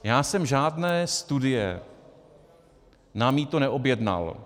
Já jsem žádné studie na mýto neobjednal.